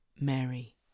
Mary